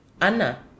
anna